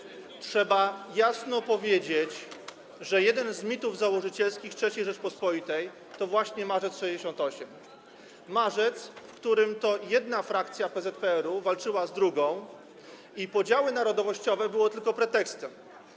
Trzeba jasno powiedzieć, że jeden z mitów założycielskich III Rzeczypospolitej to właśnie Marzec ’68 - marzec, w którym to jedna frakcja PZPR-u walczyła z drugą i podziały narodowościowe były tylko pretekstem.